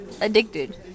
addicted